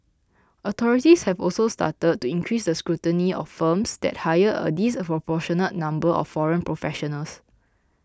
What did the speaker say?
authorities have also started to increase the scrutiny of firms that hire a disproportionate number of foreign professionals